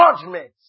judgment